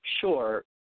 sure